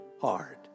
hard